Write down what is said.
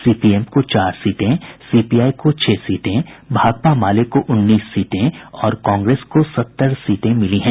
CPM को चार सीटें सीपीआई को छह सीटें भाकपा माले को उन्नीस सीटें और कांग्रेस को सत्तर सीटें मिली हैं